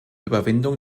überwindung